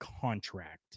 contract